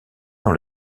dans